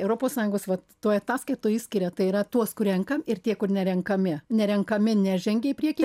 europos sąjungos vat toj ataskaitoj išskiria tai yra tuos kur renkam ir tie kur nerenkami nerenkami nežengia į priekį